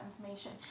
information